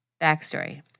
Backstory